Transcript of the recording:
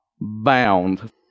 bound